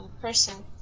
person